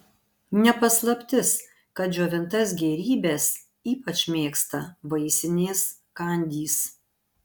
ne paslaptis kad džiovintas gėrybes ypač mėgsta vaisinės kandys